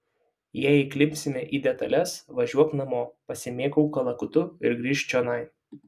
jei įklimpsime į detales važiuok namo pasimėgauk kalakutu ir grįžk čionai